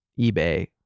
eBay